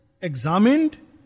Examined